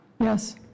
Yes